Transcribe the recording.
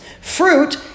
Fruit